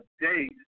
date